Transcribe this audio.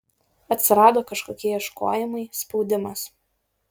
atsirado kažkokie ieškojimai spaudimas